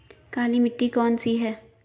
काली मिट्टी कौन सी है?